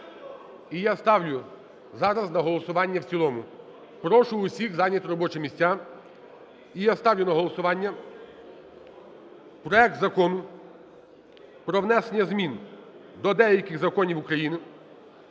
І ставлю зараз на голосування в цілому. Прошу всіх зайняти робочі місця. І я ставлю на голосування проект Закону про внесення змін до деяких законів України